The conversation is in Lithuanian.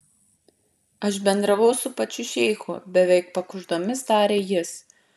aš bendravau su pačiu šeichu beveik pakuždomis tarė jis